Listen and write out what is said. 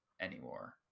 anymore